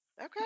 Okay